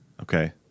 okay